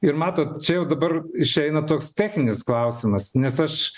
ir matot čia jau dabar išeina toks techninis klausimas nes aš